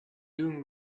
doing